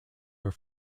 were